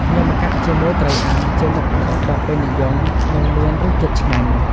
ញាំម្កាក់ជាមួយត្រីអាំងជាមុខម្ហូបដ៏ពេញនិយមនិងមានរសជាតិឆ្ងាញ់។